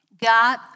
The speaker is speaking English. God